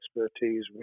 expertise